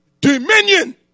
dominion